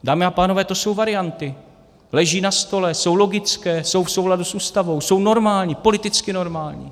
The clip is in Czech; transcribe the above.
Dámy a pánové, to jsou varianty, leží na stole, jsou logické, jsou v souladu s Ústavou, jsou normální, politicky normální.